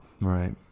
right